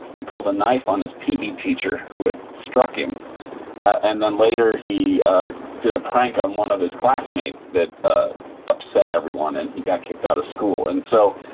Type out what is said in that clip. he pulled a knife on his p e. teacher who had struck him and then later, he did a prank on one of his classmates that ah upset everyone and he got kicked out of school and so,